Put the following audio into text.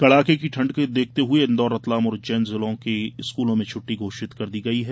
कड़ाके की ठण्ड को देखते हुए इंदौर रतलाम और उज्जैन जिलों के स्कूलों में छट्टी घोषित कर दी गई है